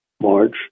March